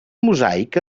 mosaic